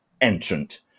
entrant